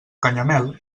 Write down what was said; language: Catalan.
canyamel